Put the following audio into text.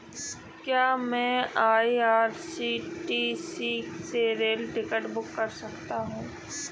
क्या मैं आई.आर.सी.टी.सी से रेल टिकट बुक कर सकता हूँ?